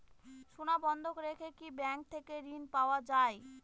সোনা বন্ধক রেখে কি ব্যাংক থেকে ঋণ পাওয়া য়ায়?